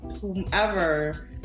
whomever